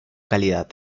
calidad